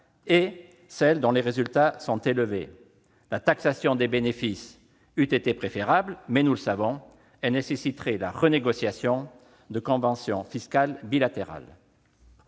et celle dont les résultats sont élevés. La taxation des bénéfices eût été préférable ; mais, nous le savons, elle nécessiterait la renégociation de conventions fiscales bilatérales.